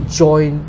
join